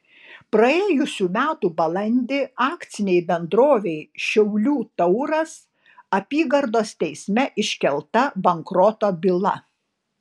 praėjusių metų balandį akcinei bendrovei šiaulių tauras apygardos teisme iškelta bankroto byla